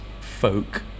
folk